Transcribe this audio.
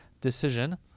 decision